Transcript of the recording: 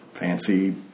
Fancy